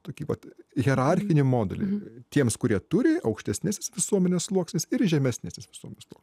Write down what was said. tokį vat hierarchinį modelį tiems kurie turi aukštesniasis visuomenės sluoksnis ir žemesniasis visuome sluo